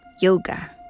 yoga